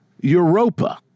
Europa